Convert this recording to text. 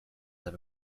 have